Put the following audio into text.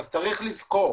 צריך לזכור,